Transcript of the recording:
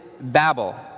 Babel